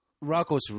Rocco's